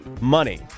money